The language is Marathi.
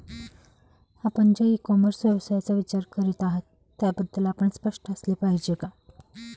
आपण ज्या इ कॉमर्स व्यवसायाचा विचार करीत आहात त्याबद्दल आपण स्पष्ट असले पाहिजे का?